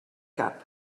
cap